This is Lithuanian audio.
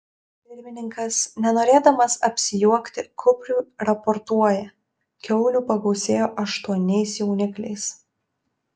pirmininkas nenorėdamas apsijuokti kupriui raportuoja kiaulių pagausėjo aštuoniais jaunikliais